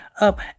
up